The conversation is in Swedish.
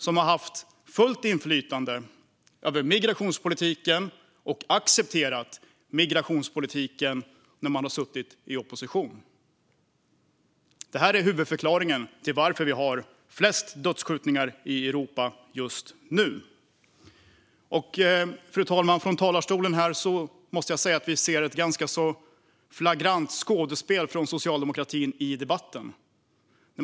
Den har haft fullt inflytande över migrationspolitiken och har accepterat migrationspolitiken när man har suttit i opposition. Det här är huvudförklaringen till att Sverige har flest dödsskjutningar i Europa just nu. Fru talman! Jag kan här från talarstolen se ett flagrant skådespel från socialdemokratin i debatten.